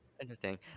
interesting